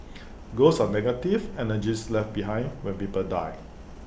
ghosts are negative energies left behind when people die